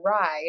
ride